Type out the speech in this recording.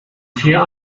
vier